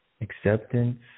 Acceptance